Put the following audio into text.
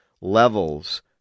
levels